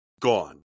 gone